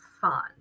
fun